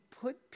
put